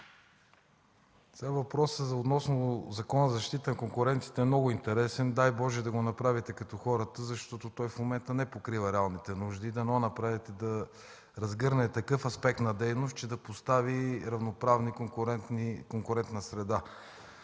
Въпросът относно Закона за защита на конкуренцията е много интересен. Дай Боже, да го направите като хората, защото той в момента не покрива реалните нужди. Дано направите да разгърне такъв аспект на дейност, че да постави равноправна конкурентна среда.